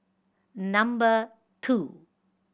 number two